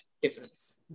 Difference